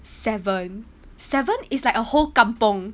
seven seven is like a whole kampung